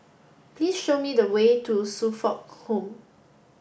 please show me the way to Suffolk Home